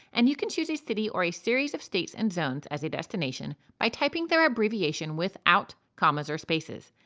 and you can choose a city or a series of states and zones as a destination by typing their abbreviation without commas or spaces,